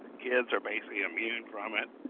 kids are basically immune from it.